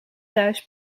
thuis